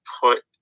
put